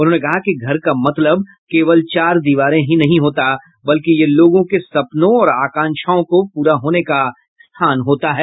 उन्होंने कहा कि घर का मतलब केवल चार दीवारें ही नहीं होता बल्कि यह लोगों के सपनों और आकांक्षाओं के पूरा होने का स्थान होता है